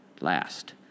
last